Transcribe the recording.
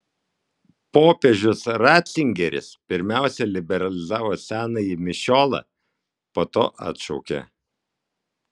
popiežius ratzingeris pirmiausia liberalizavo senąjį mišiolą po to atšaukė